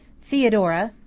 theodora,